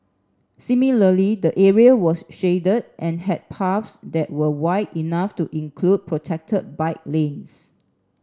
similarly the area was shaded and had paths that were wide enough to include protected bike lanes